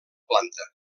planta